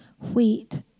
wheat